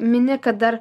mini kad dar